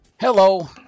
Hello